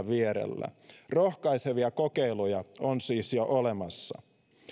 vierellä rohkaisevia kokeiluja on siis jo olemassa